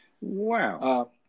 Wow